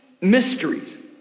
mysteries